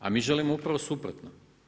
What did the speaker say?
A mi želimo upravo suprotno.